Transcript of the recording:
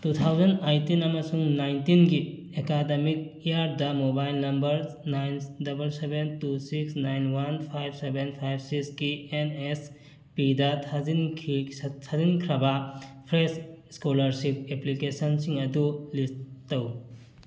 two thousand eighteen ꯑꯃꯁꯨꯡ ꯅꯥꯏꯟꯇꯤꯟꯒꯤ academic ꯏꯌꯥꯔꯗ mobile number nine double seven two six nine one five seven five six ꯀꯤ N S ꯄꯤꯗ ꯊꯥꯖꯤꯟꯈꯤ ꯊꯥꯖꯤꯟꯈ꯭ꯔꯕ ꯐ꯭ꯔꯦꯁ ꯏꯁꯀꯣꯂꯔꯁꯤꯞ ꯑꯦꯄ꯭ꯂꯤꯀꯦꯁꯟꯁꯤꯡ ꯑꯗꯨ ꯂꯤꯁ ꯇꯧ